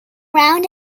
round